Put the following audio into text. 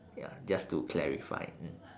ya just to clarify mm